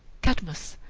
cadmus,